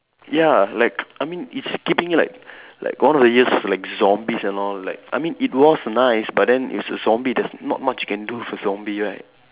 ya like I mean it's keeping it like like one of the years like zombies and all like I mean it was nice but then if it's a zombie there's not much you can do for zombie right